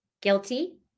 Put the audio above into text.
Guilty